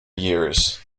years